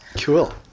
Cool